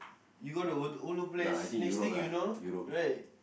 you go to ulu place next thing you know right